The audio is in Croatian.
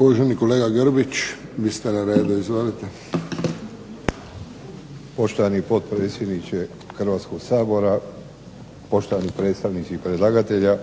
Uvaženi kolega Grbić, vi ste na redu. Izvolite. **Grbić, Ivo (HDZ)** Poštovani potpredsjedniče Hrvatskog sabora, poštovani predstavnici predlagatelja,